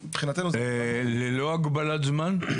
ללא הגבלת זמן?